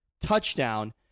touchdown